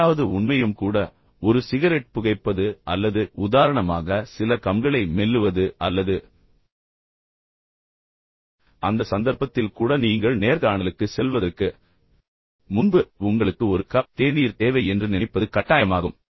எட்டாவது உண்மையும் கூட ஒரு சிகரெட் புகைப்பது அல்லது உதாரணமாக சில கம்களை மெல்லுவது அல்லது அந்த சந்தர்ப்பத்தில் கூட நீங்கள் நேர்காணலுக்குச் செல்வதற்கு முன்பு உங்களுக்கு ஒரு கப் தேநீர் தேவை என்று நினைப்பது கட்டாயமாகும்